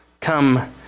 Come